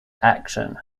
action